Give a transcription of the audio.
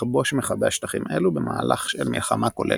לכבוש מחדש שטחים אלו במהלך של מלחמה כוללת.